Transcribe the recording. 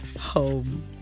home